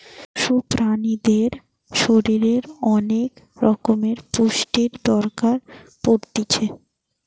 পশু প্রাণীদের শরীরের অনেক রকমের পুষ্টির দরকার পড়তিছে